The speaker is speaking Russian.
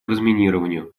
разминированию